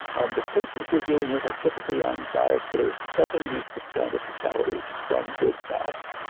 um the patients we're dealing with are typically on diets that are seventy percent of the calories from good fats,